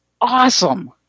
awesome